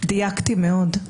דייקתי מאוד.